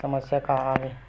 समस्या का आवे?